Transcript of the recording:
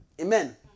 Amen